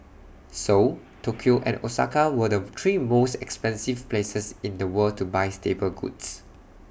Seoul Tokyo and Osaka were the three most expensive places in the world to buy staple goods